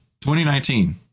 2019